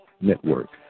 Network